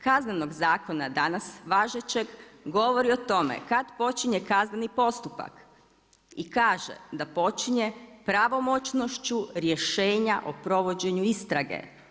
Kaznenog zakona danas važećeg govori o tome kad počinje kazneni postupak i kaže da počinje pravomoćnošću rješenja o provođenju istrage.